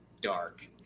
dark